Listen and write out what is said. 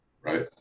Right